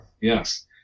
Yes